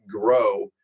grow